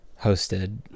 hosted